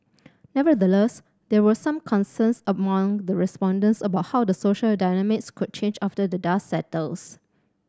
nevertheless there were some concerns among the respondents about how the social dynamics could change after the dust settles